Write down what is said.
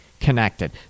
connected